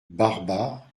barba